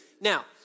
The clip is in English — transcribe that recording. Now